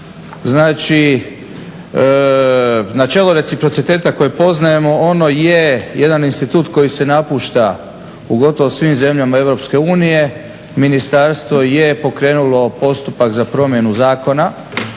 Znači načelo reciprociteta koje poznajemo ono je jedan institut koji se napušta u gotovo svim zemljama EU, ministarstvo je pokrenulo postupak za promjenu zakona.